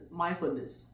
mindfulness